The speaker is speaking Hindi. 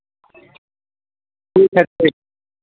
ठीक है ठीक